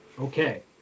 Okay